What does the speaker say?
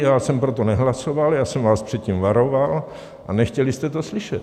Já jsem pro to nehlasoval, já jsem vás před tím varoval, a nechtěli jste to slyšet.